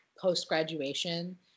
post-graduation